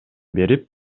берип